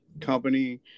company